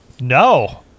No